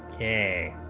a